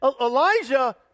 Elijah